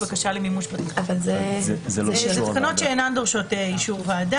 אלה תקנות שאינן דורשות אישור ועדה.